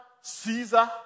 Caesar